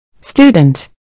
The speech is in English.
Student